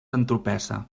entropessa